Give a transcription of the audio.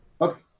okay